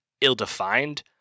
ill-defined